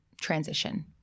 transition